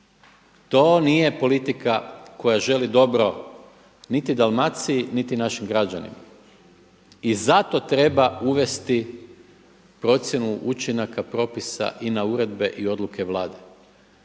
To nije politika koja želi dobro niti Dalmaciji niti našim građanima. I zato treba uvesti procjenu učinaka propisa i na uredbe i odluke Vlade.